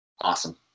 Awesome